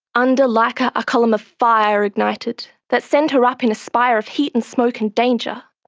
under laika a column of fire ignited that sent her up in a spire of heat and smoke and danger.